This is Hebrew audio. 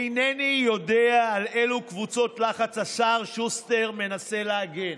אינני יודע על אילו קבוצות לחץ השר שוסטר מנסה להגן,